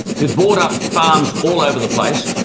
who've bought up farms all over the place,